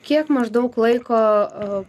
kiek maždaug laiko